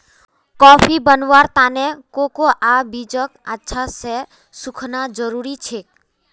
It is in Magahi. कॉफी बनव्वार त न कोकोआ बीजक अच्छा स सुखना जरूरी छेक